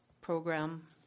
program